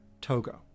Togo